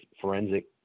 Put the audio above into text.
forensic